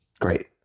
Great